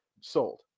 Sold